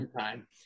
time